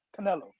Canelo